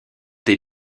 des